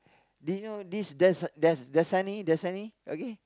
did you know this Das~ Das~ Dasani Dasani okay